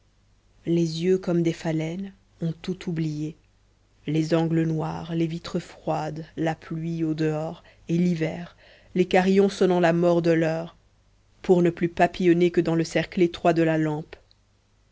les yeux comme des phalènes ont tout oublié les angles noirs les vitres froides la pluie au dehors et l'hiver les carillons sonnant la mort de lheure pour ne plus papillonner que dans le cercle étroit de la lampe